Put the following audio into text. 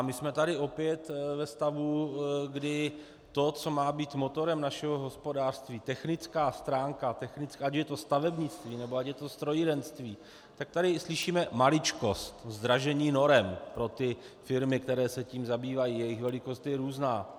My jsme tady opět ve stavu, kdy to, co má být motorem našeho hospodářství, technická stránka, ať je to stavebnictví, nebo ať je to strojírenství, tak tady slyšíme: maličkost, zdražení norem pro ty firmy, které se tím zabývají, jejich velikost je různá.